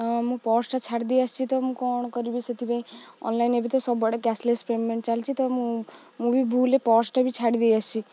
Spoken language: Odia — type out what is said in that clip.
ହଁ ମୁଁ ପର୍ସଟା ଛାଡ଼ି ଦେଇ ଆସିଛି ତ ମୁଁ କ'ଣ କରିବି ସେଥିପାଇଁ ଅନଲାଇନ୍ ଏବେ ତ ସବୁଆଡ଼େ କ୍ୟାସଲେସ୍ ପେମେଣ୍ଟ ଚାଲିଛି ତ ମୁଁ ମୁଁ ବି ଭୁଲରେ ପର୍ସଟା ବି ଛାଡ଼ି ଦେଇଆସିିଛି